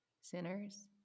sinners